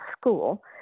school